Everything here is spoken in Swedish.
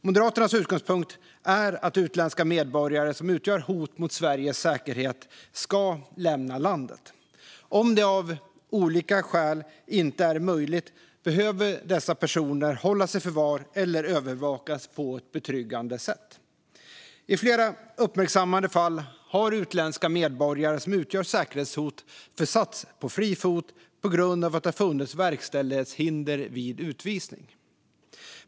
Moderaternas utgångspunkt är att utländska medborgare som utgör hot mot Sveriges säkerhet ska lämna landet. Om det av olika skäl inte är möjligt behöver dessa personer hållas i förvar eller övervakas på ett betryggande sätt. I flera uppmärksammade fall har utländska medborgare som utgör säkerhetshot försatts på fri fot på grund av att det har funnits verkställighetshinder vid utvisning.